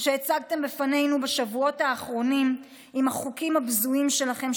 שהצגתם בפנינו בשבועות האחרונים עם החוקים הבזויים שלכם,